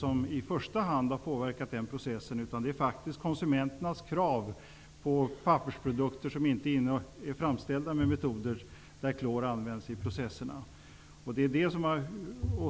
Det som åstadkommit den snabba förändringen är faktiskt konsumenternas krav på att få pappersprodukter som inte är framställda med metoder där klor används i processen.